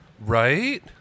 Right